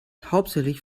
hauptsächlich